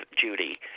Judy –